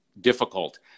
difficult